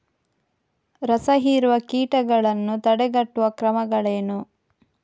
ರಸಹೀರುವ ಕೀಟಗಳನ್ನು ತಡೆಗಟ್ಟುವ ಕ್ರಮಗಳೇನು?